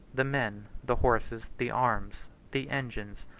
the men, the horses, the arms, the engines,